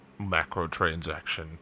macrotransaction